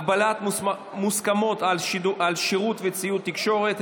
הגבלות מוסכמות על שירות וציוד תקשורת),